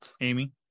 Amy